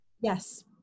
yes